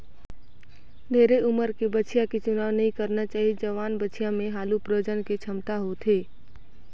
ढेरे उमर के बछिया के चुनाव नइ करना चाही, जवान बछिया में हालु प्रजनन के छमता होथे